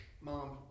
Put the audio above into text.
Mom